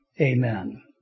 amen